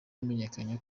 yamenyekanye